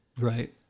Right